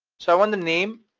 so i want the name,